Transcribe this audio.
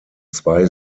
zwei